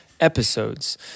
episodes